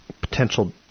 potential